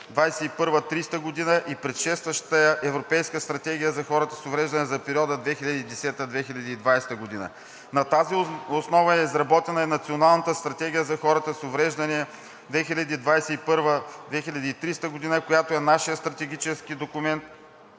2021 – 2030 г. и предшестващата я Европейска стратегия за хората с увреждания за периода 2010 – 2020 г. На тази основа е изработена и Националната стратегия за хората с увреждания 2021 – 2030 г., която е нашият стратегически документ,